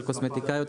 אל קוסמטיקאיות,